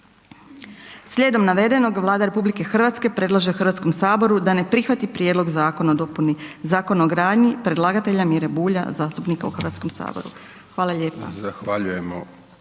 Slijedom navedenog, Vlada RH predlaže HS-u da ne prihvati Prijedlog zakona o dopuni Zakona o gradnji predlagatelja Mire Bulja, zastupnika u HS-u. Hvala lijepa.